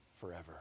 forever